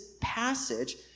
passage